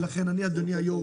ולכן אדוני היושב-ראש,